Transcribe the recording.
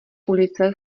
ulice